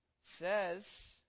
says